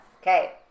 Okay